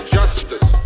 justice